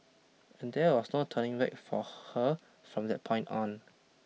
and there was no turning back for her from that point on